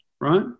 right